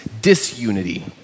disunity